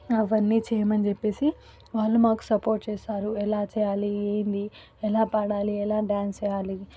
అవన్నీ చేయమని చెప్పేసి వాళ్ళు మాకు సపోర్ట్ చేస్తారు ఎలా చేయాలి ఏంటి ఎలా పాడాలి ఎలా డాన్స్ చేయాలి